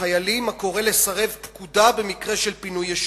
הרב חילק לחיילים ספר הקורא לסרב פקודה במקרה של פינוי יישובים.